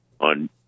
on